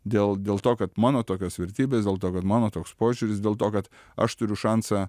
dėl dėl to kad mano tokios vertybės dėl to kad mano toks požiūris dėl to kad aš turiu šansą